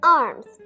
arms